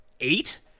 eight